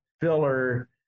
filler